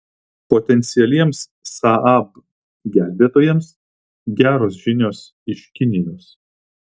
potencialiems saab gelbėtojams geros žinios iš kinijos